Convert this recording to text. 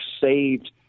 saved